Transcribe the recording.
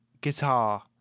guitar